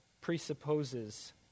presupposes